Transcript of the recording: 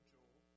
Joel